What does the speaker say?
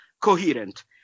coherent